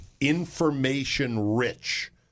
information-rich